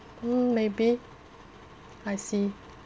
mm maybe I see